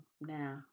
now